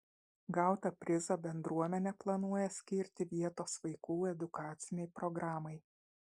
gautą prizą bendruomenė planuoja skirti vietos vaikų edukacinei programai